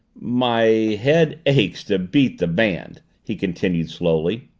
my head aches to beat the band, he continued slowly.